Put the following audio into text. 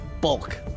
bulk